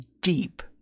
deep